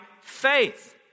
faith